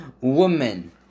Woman